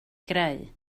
greu